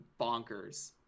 bonkers